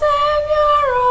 Savior